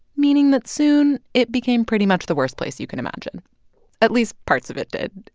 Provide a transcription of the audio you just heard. meaning that soon it became pretty much the worst place you can imagine at least parts of it did.